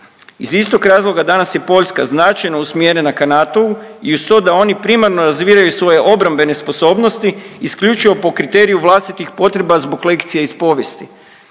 Iz istog razloga danas je Poljska značajno usmjerena ka NATO-u i uz to da oni primarno razvijaju svoje obrambene sposobnosti isključivo po kriteriju vlastitih potreba zbog lekcija iz povijesti.